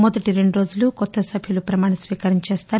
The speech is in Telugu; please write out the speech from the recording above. మొదటి రెండు రోజులు కొత్త సభ్యులు ప్రమాణస్వీకారం చేస్తారు